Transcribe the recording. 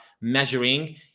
measuring